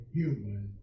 human